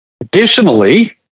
Additionally